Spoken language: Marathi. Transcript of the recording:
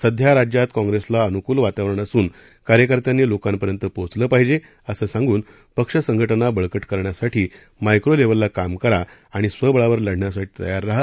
सध्या राज्यात काँग्रेस पक्षाला अनुकुल वातावरण असून कार्यकर्त्यांनी लोकांपर्यंत पोहोचलं पाहिजे असं सांगून पक्ष संघटना बळकट करण्यासाठी मायक्रो लेवलला काम करा आणि स्वबळावर लढण्यास तयार रहा